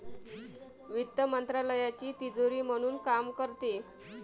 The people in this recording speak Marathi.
वित्त मंत्रालयाची तिजोरी म्हणून काम करते